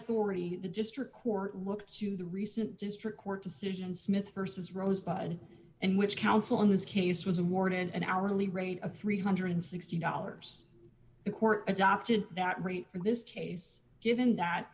authority the district court looked to the recent district court decision smith versus rose bud and which council in this case was awarded an hourly rate of three hundred and sixty dollars the court adopted that rate for this case given that